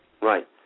Right